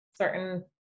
Certain